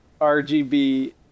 rgb